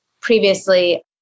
previously